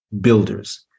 builders